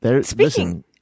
Speaking